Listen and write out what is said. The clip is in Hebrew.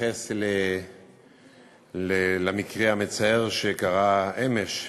ואתייחס למקרה המצער שקרה אמש,